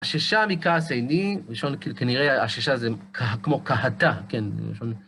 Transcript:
עששה מכעס עייני, כנראה עששה זה כמו כהתה.